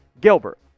Gilbert